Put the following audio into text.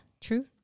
true